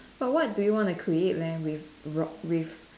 but what do you wanna create leh with rod with